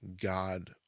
God